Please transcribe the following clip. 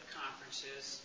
conferences